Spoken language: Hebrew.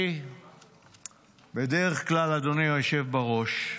אני בדרך כלל, אדוני היושב בראש,